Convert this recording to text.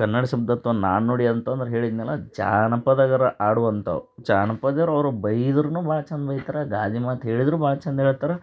ಕನ್ನಡ ಶಬ್ದ ಅಥವಾ ನಾಣ್ಣುಡಿ ಅಂತಂದ್ರೆ ಹೇಳಿದ್ನಲ್ವ ಜಾನಪದಗರು ಆಡುವಂಥವು ಜಾನಪದರು ಅವ್ರು ಬೈದ್ರು ಭಾಳ ಚೆಂದ ಬೈತಾರೆ ಗಾದೆಮಾತ್ ಹೇಳಿದ್ರೂ ಭಾಳ ಚೆಂದ ಹೇಳ್ತಾರೆ